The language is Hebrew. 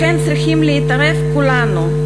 לכן צריכים להתערב כולנו,